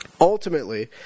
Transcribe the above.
Ultimately